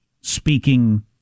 speaking